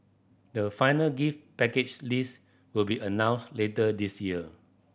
the final gift package list will be announced later this year